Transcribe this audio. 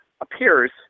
appears